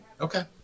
okay